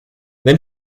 then